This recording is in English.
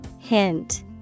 Hint